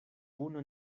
puno